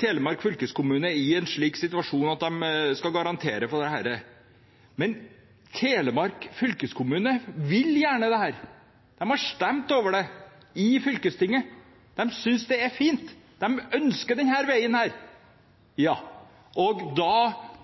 Telemark fylkeskommune i en slik situasjon at de skal garantere for dette: Telemark fylkeskommune vil gjerne dette. De har stemt over det i fylkestinget. De synes det er fint. De ønsker denne veien. Da